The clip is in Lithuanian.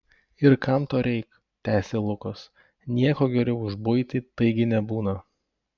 ir kam to reik tęsė lukas nieko geriau už buitį taigi nebūna